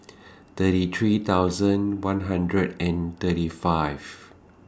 thirty three thousand one hundred and thirty five